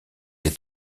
est